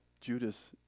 Judas